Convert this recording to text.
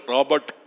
Robert